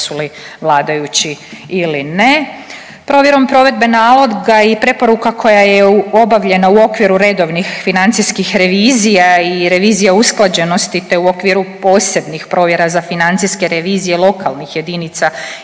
jesu li vladajući ili ne. Provjerom provedbe naloga i preporuka koja je obavljena u okviru redovnih financijskih revizija i revizija usklađenosti te u okviru posebnih provjera za financijske revizije lokalnih jedinica